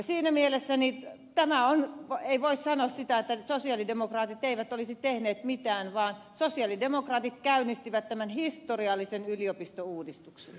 siinä mielessä ei voi sanoa sitä että sosialidemokraatit eivät olisi tehneet mitään vaan sosialidemokraatit käynnistivät tämän historiallinen yliopistouudistuksen